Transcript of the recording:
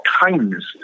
kindness